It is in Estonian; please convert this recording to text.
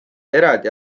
eraldi